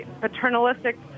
paternalistic